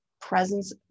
presence